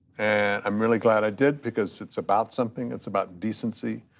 and i'm really glad i did because it's about something. it's about decency,